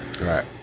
right